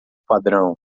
padrão